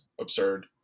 absurd